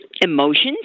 emotions